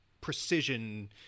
precision